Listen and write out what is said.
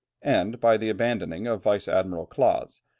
and by the abandoning of vice-admiral claaz,